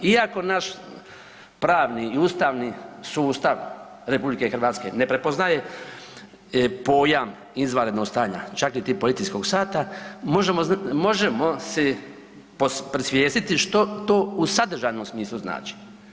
Iako naš pravni i ustavni sustav RH ne prepoznaje pojam „izvanrednog stanja“, čak niti „policijskog sata“, možemo, možemo si predsvjestiti što to u sadržajnom smislu znači.